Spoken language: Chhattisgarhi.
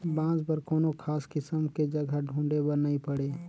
बांस बर कोनो खास किसम के जघा ढूंढे बर नई पड़े